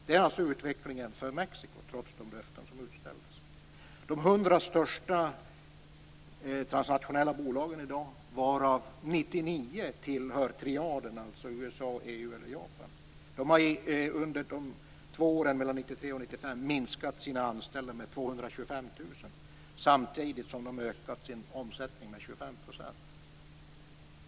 Det är utvecklingen för Mexico, trots de löften som utställdes. tillhör triaden, dvs. USA, EU eller Japan, har under de två åren mellan 1993 och 1995 minskat sina anställda med 225 000, samtidigt som de har ökat sin omsättning med 25 %.